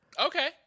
Okay